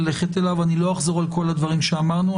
אני לא אחזור על כל הדברים שאמרנו.